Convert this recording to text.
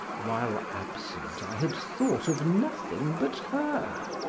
while absent, i had thought of nothing but her,